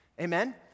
Amen